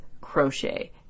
crochet